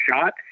shot